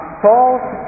false